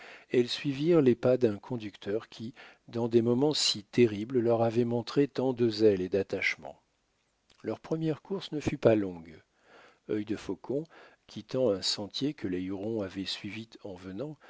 elles suivirent les pas d'un conducteur qui dans des moments si terribles leur avait montré tant de zèle et d'attachement leur première course ne fut pas longue œil de faucon quittant un sentier que les hurons avaient suivi en venant